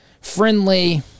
friendly